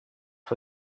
for